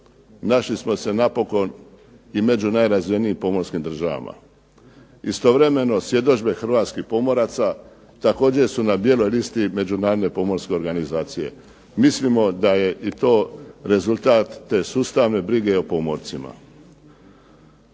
našli smo napokon i među najrazvijenijim pomorskim državama. Istovremeno, svjedodžbe hrvatskih pomoraca također su na bijeloj listi Međunarodne pomorske organizacije. Mislimo da je i to rezultat te sustavne brige o pomorcima.